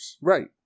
Right